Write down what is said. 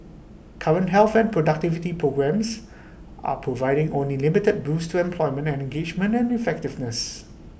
current health and productivity programmes are providing only limited boosts to employment engagement and effectiveness